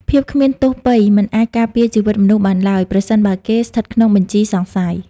ភាពគ្មានទោសពៃរ៍មិនអាចការពារជីវិតមនុស្សបានឡើយ ប្រសិនបើគេស្ថិតក្នុងបញ្ជីសង្ស័យ។